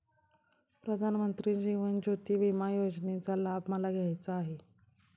प्रधानमंत्री जीवन ज्योती विमा योजनेचा लाभ मला घ्यायचा आहे